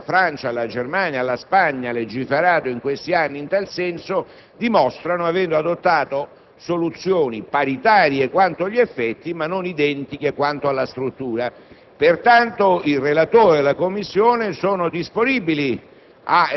come le stesse legislazioni europee - che hanno quasi tutte (dalla Francia, alla Germania, alla Spagna) legiferato in questi anni in tal senso - dimostrano, avendo adottato soluzioni paritarie quanto agli effetti, ma non identiche quanto alla struttura.